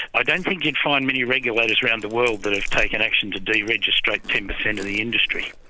i don't think you'd find many regulators around the world that have taken action to de-registrate ten percent of the industry.